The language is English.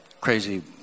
crazy